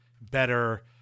better